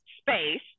space